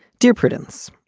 dear prudence,